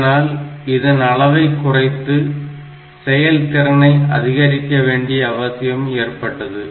இதனால் இதன் அளவை குறைத்து செயல்திறனை அதிகரிக்க வேண்டிய அவசியம் ஏற்பட்டது